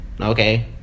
okay